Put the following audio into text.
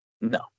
No